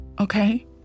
Okay